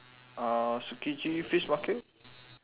uh tsukiji fish market